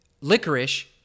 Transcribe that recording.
licorice